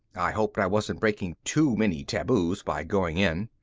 i hoped i wasn't breaking too many taboos by going in.